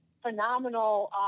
Phenomenal